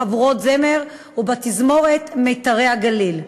חבורות זמר ותזמורת "מיתרי הגליל".